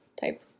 type